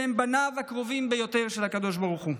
שהם בניו הקרובים ביותר של הקדוש ברוך הוא.